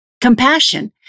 compassion